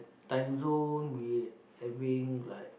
time-zone we having like